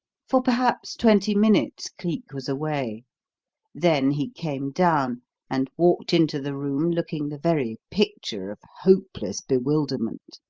for perhaps twenty minutes cleek was away then he came down and walked into the room looking the very picture of hopeless bewilderment.